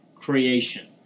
creation